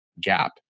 gap